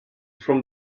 from